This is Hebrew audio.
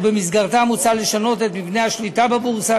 ובמסגרתה מוצע לשנות את מבנה השליטה בבורסה.